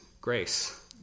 grace